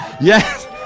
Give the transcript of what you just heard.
Yes